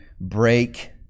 break